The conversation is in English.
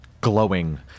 glowing